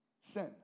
Sin